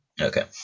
Okay